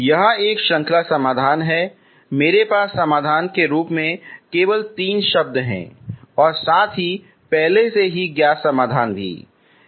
यह एक श्रृंखला समाधान है मेरे पास समाधान के रूप में केवल तीन शब्द हैं और साथ ही पहले से ज्ञात समाधान भी हैं